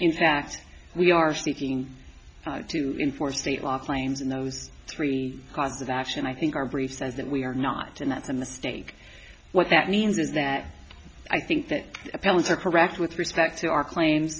in fact we are seeking to enforce state law claims in those three cause of action i think our brief says that we are not and that's a mistake what that means is that i think that appeals are correct with respect to our claims